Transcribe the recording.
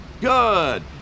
Good